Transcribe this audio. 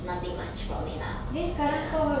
nothing much for me lah ya